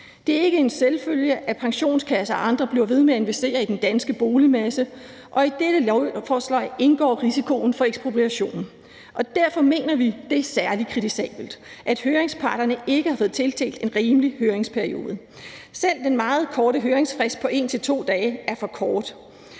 Det er ikke en selvfølge, at pensionskasser og andre bliver ved med at investere i den danske boligmasse, og i dette lovforslag indgår risikoen for ekspropriation, og derfor mener vi, at det er særlig kritisabelt, at høringsparterne ikke har fået tildelt en rimelig høringsperiode. Selv den meget korte høringsfrist på 1-2 dage er for kort,